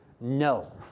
No